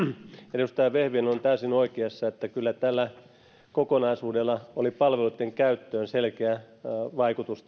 edustaja vehviläinen on täysin oikeassa että kyllä tällä kokonaisuudella ja tällä mallilla oli palveluitten käyttöön selkeä vaikutus